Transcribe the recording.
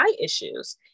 issues